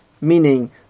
meaning